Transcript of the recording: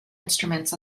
instruments